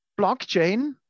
blockchain